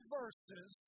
verses